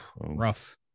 rough